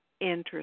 interesting